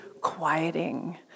quieting